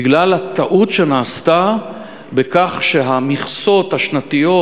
בגלל הטעות שנעשתה בכך שהמכסות השנתיות